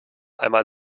einmal